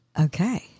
Okay